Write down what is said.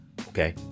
Okay